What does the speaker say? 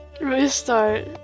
Restart